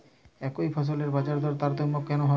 একই ফসলের বাজারদরে তারতম্য কেন হয়?